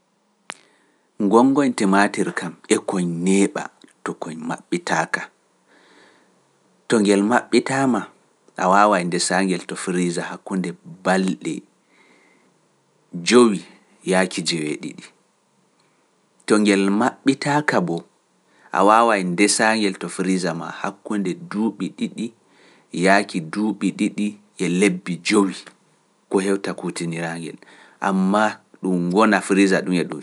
Gonngon timaatir kam e kon neeɓa to koy maɓɓitaaka, to ngel maɓɓitaama e waaway ndesaa-ngel to freezer hakkunde balɗe jowi yahki joweeɗiɗi, to ngel maɓɓitaaka boo, a waaway ndesaa-ngel to freezer maa hakkunde duuɓi ɗiɗi, yahki duuɓi ɗiɗi e lebbi jowi, ko heewta kuutiraa-ngel, ammaa ɗum wona freezer ɗum.